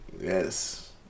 Yes